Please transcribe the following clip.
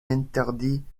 interdit